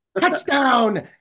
Touchdown